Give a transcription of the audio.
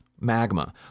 magma